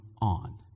on